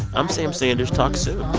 i'm sam sanders, talk soon